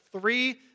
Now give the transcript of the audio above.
three